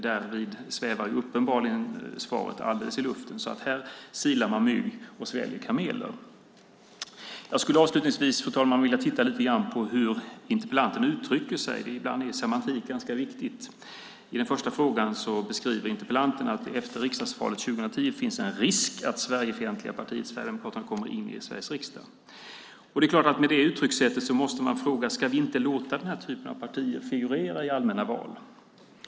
Därvid svävar uppenbarligen svaret alldeles i luften. Här silar man mygg och sväljer kameler. Jag skulle avslutningsvis vilja titta lite grann på hur interpellanten uttrycker sig; ibland är semantik ganska viktigt. I den första frågan beskriver interpellanten att det efter riksdagsvalet 2010 finns en risk att det Sverigefientliga partiet Sverigedemokraterna kommer in i Sveriges riksdag. Med tanke på det uttryckssättet måste man fråga: Ska vi inte låta den här typen av partier figurera i allmänna val?